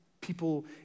people